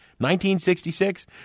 1966